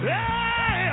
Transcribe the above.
Hey